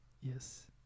yes